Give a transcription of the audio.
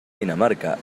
dinamarca